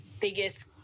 biggest